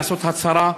לעשות הצהרה.